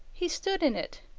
he stood in it.